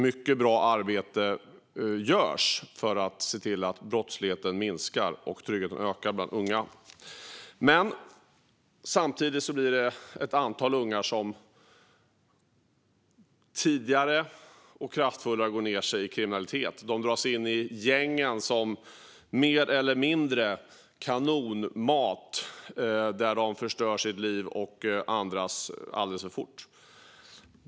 Mycket bra arbete görs alltså för att se till att brottsligheten minskar och tryggheten ökar bland unga. Samtidigt är det ett antal ungar som tidigare och kraftfullare går ned sig i kriminalitet. De dras in i gängen mer eller mindre som kanonmat, där de förstör sina liv och andras alldeles för fort.